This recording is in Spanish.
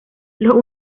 los